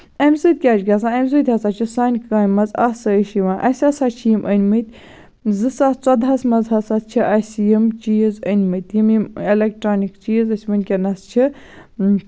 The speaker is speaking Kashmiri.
اَمہِ سۭتۍ کیاہ چھُ گژھان اَمہِ سۭتۍ ہسا چھُ سانہِ کامہِ منٛز آسٲیِش یِوان اَسہِ ہسا چھِ یِم أنمٕتۍ زٕ ساس ژۄدہَس منٛز ہسا چھِ اَسہِ یِم چیٖز أنمٕتۍ یِم یِم ایٚلیٚکٹرانِک چیٖز چھِ اَسہِ ؤنکیٚنَس چھِ